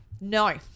No